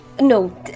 No